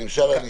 את הנמשל אשמע.